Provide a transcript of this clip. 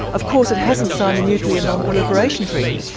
of course it hasn't signed the nuclear non-proliferation treaty,